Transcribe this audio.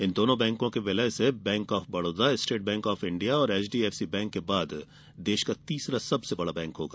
इन दोनों बैंकों के विलय से bank of Baroda state bank of India और एचडीएफसी बैंक के बाद देश का तीसरा सबसे बड़ा बैंक होगा